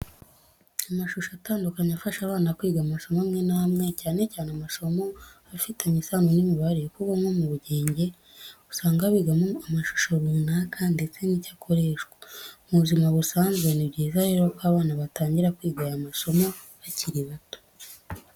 Amashusho atandukanye afasha abana kwiga amasomo amwe n'amwe, cyane cyane amasomo afitanye isano n'imibare kuko nko mu bugenge, usanga bigamo amashusho runaka ndetse n'icyo akoreshwa mu buzima busanzwe. Ni byiza rero ko abana batangira kwiga aya masomo bakiri bato.